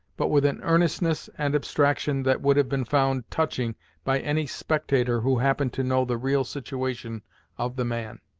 but with an earnestness and abstraction that would have been found touching by any spectator who happened to know the real situation of the man.